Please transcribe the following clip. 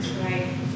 Right